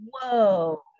whoa